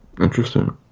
Interesting